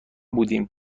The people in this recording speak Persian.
بودیم